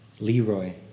Leroy